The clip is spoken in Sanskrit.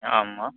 आं वा